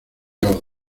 los